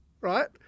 Right